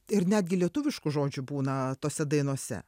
ir netgi lietuviškų žodžių būna tose dainose